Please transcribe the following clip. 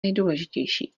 nejdůležitější